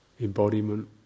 embodiment